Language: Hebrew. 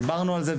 דיברנו על זה.